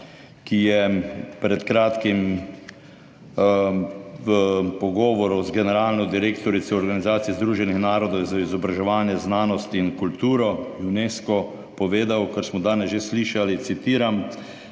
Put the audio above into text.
ki je pred kratkim v pogovoru z generalno direktorico Organizacije Združenih narodov za izobraževanje, znanost in kulturo, UNESCO, povedal kar smo danes že slišali, citiram: